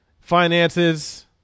Finances